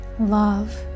love